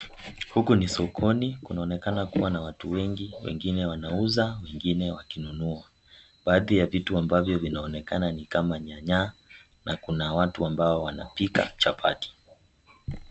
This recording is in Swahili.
Huku ni sokoni, kunaonekana kuwa na watu wengi, wengine wanauza, wengine wakinunua. Baadhi ya vitu ambacho vinaonekana ni kama nyanyaa, na kuna watu ambao wanapika chapati.